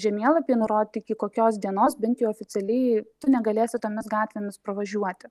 žemėlapyje nurodyti iki kokios dienos bent jau oficialiai tu negalėsi tomis gatvėmis pravažiuoti